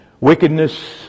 Wickedness